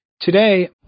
Today